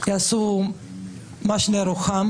רוטמן אאוט.